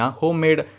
homemade